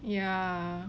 ya